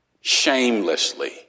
shamelessly